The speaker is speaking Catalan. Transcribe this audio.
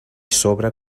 sobre